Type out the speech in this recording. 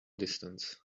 distance